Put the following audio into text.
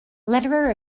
lederer